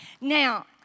Now